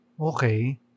okay